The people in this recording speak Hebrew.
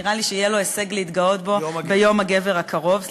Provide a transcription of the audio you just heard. נראה לי שיהיה לו הישג להתגאות בו ביום הגבר הקרוב.